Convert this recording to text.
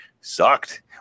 sucked